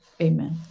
Amen